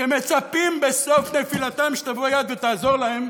שמצפים בסוף נפילתם שתבוא יד ותעזור להם,